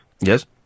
Yes